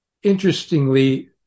Interestingly